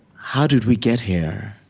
how did we get here?